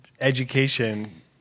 education